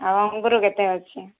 ଆଉ ଅଙ୍ଗୁର କେତେ ଅଛି